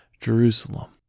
Jerusalem